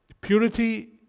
purity